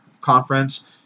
conference